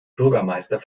bürgermeister